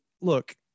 look